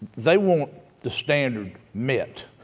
they want the standard met.